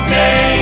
day